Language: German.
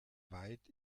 weit